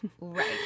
right